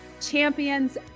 champions